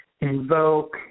invoke